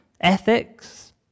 ethics